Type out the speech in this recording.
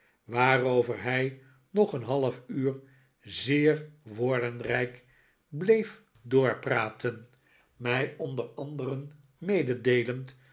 waarover hij nog een half uur zeer woordenrijk bleef doorpraten mij onder anderen meedeelend